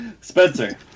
Spencer